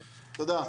תודה.